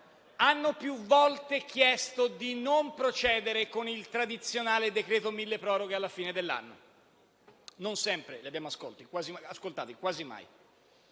hanno più volte chiesto di non procedere con il tradizionale decreto milleproroghe alla fine dell'anno. Non sempre li abbiamo ascoltati, quasi mai.